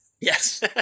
Yes